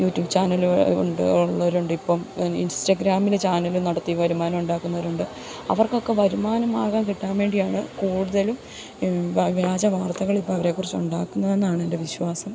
YouTube channel ഉണ്ട് ഉള്ളവരുണ്ട് ഇപ്പം ഇൻസ്റ്റാഗ്രാമിൽ ചാനല് നടത്തി വരുമാനം ഉണ്ടാക്കുന്നോരുണ്ട് അവർക്ക് ഒക്കെ വരുമാനംമാകാൻ കിട്ടാൻ വേണ്ടിയാണ് കൂടുതലും വ്യാജ വാർത്തകൾ ഇപ്പം അവരെക്കുറിച്ച് ഉണ്ടാക്കുന്നതെന്നാണ് എൻ്റെ വിശ്വാസം